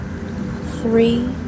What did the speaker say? three